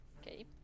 Okay